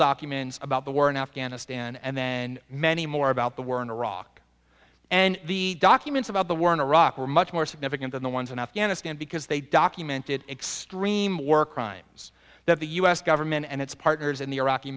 documents about the war in afghanistan and then many more about the war in iraq and the documents about the war in iraq were much more significant than the ones in afghanistan because they documented extreme or crimes that the u s government and its partners in the iraqi